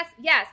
yes